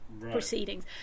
proceedings